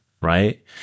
right